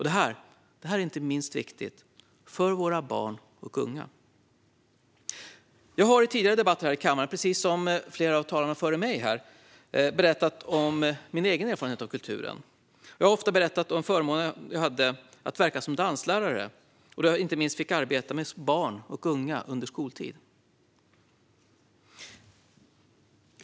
Detta är inte minst viktigt för våra barn och unga. Jag har i tidigare debatter här i kammaren, precis som flera av talarna före mig har gjort, berättat om min egen erfarenhet av kulturen. Jag har ofta berättat om förmånen jag hade att verka som danslärare, då jag inte minst fick arbeta med barn och unga under skoltid.